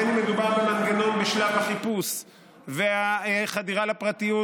בין אם מדובר במנגנון בשלב החיפוש והחדירה לפרטיות,